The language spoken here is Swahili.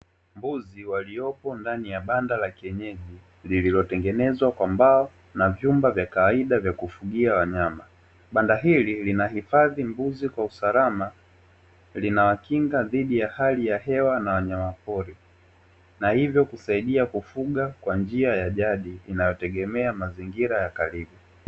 Mbuzi waliyopo ndani ya banda la kienyeji lililotengenezwa kwa mbao na vyumba vya kawaida vya kufugia wanyama, Banda hili linahifadhi mbuzi kwa usalama linawakinga dhidi ya hali ya hewa na wanyama pori, na hivyo kusaidia kufuga kwa njia ya jadi inayotegemea mazingira ya karibu.